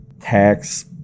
tax